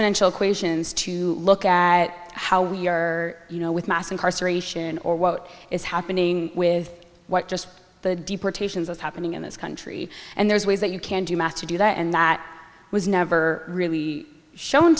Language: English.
exponential questions to look at how we are you know with mass incarceration or what is happening with what just the deportations is happening in this country and there's ways that you can do math to do that and that was never really shown